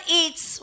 eats